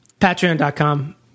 Patreon.com